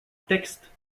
texte